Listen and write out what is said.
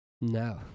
No